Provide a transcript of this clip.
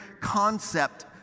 concept